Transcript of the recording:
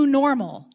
normal